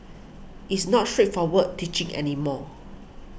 it's not straightforward teaching any more